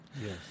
Yes